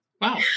Wow